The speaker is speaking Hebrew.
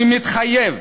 אני מתחייב